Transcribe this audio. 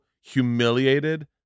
humiliated